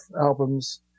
albums